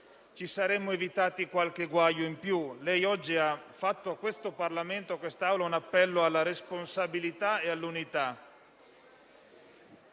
ci saremmo evitati qualche guaio in più. Lei oggi ha fatto al Parlamento un appello alla responsabilità e all'unità.